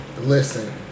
Listen